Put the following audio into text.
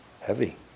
Heavy